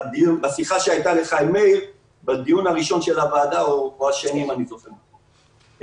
בשיחה שהייתה לך עם מאיר בן-שבת בדיון הראשון או השני של הוועדה.